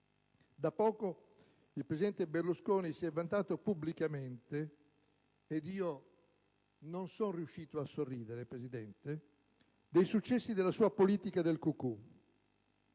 Da poco, il presidente Berlusconi si è vantato pubblicamente - ed io non sono riuscito a sorridere, Presidente - dei successi della sua politica del cucù.